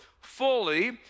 fully